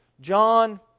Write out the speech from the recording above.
John